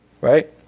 right